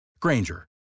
granger